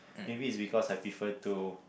maybe it's because I prefer to